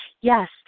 Yes